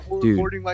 Dude